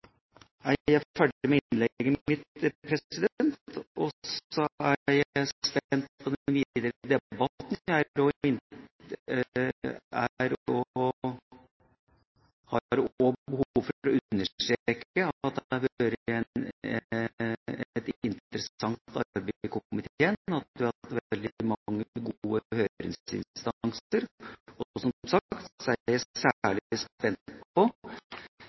jeg ferdig med innlegget mitt. Så er jeg spent på den videre debatten. Jeg har også behov for å understreke at det har vært et interessant arbeid i komiteen, og at vi har hatt veldig mange gode høringsinstanser. Og som sagt er jeg særlig spent på